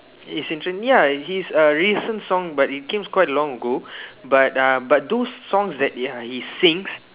is interes~ ya his err recent songs but it comes quite long ago but uh but those songs that ya he sings